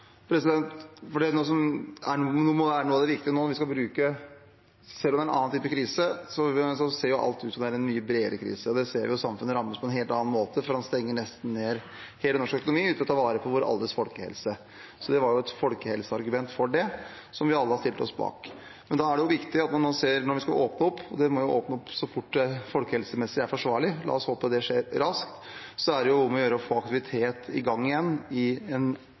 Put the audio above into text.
måte, for man stenger ned nesten hele den norske økonomien for å ta vare på alles folkehelse. Det var et folkehelseargument for det som vi alle har stilt oss bak. Da er det også viktig at når man skal åpne opp, må man åpne opp så fort det er folkehelsemessig forsvarlig – la oss håpe det skjer raskt – og da er det om å gjøre å få aktiviteten i gang igjen i en